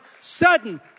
sudden